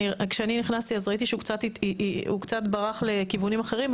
כשאני נכנסתי אז ראיתי שהוא קצת ברח לכיוונים אחרים.